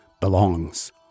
belongs